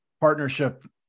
partnership